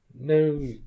no